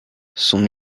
son